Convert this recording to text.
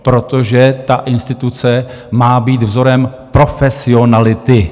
Protože ta instituce má být vzorem profesionality.